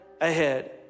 ahead